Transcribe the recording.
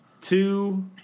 two